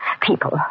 People